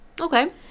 Okay